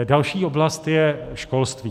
Další oblast je školství.